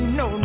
no